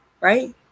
right